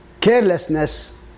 carelessness